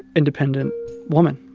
independent woman